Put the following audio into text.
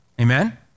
Amen